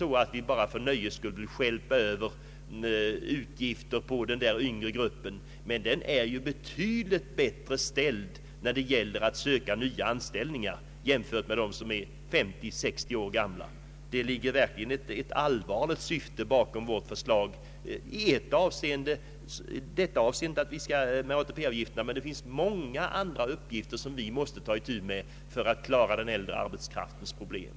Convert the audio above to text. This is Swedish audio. Vi vill inte bara för nöjes skull stjälpa över utgifter på den yngre generationen, men den är betydligt bättre ställd när det gäller att söka nya anställningar än människor som är 50—60 år gamla. Det ligger ett verkligt allvarligt syfte bakom vårt förslag att inte ta ut ATP-avgift för arbetskraft som är över 55 år. Det finns dock även många andra uppgifter som vi måste ta itu med för att klara den äldre arbetskraftens problem.